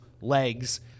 legs